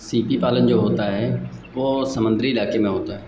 CP पालन जो होता है वह समुन्द्री इलाके में होता है